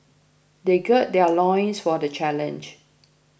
they gird their loins for the challenge